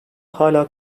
hâlâ